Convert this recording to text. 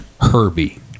Herbie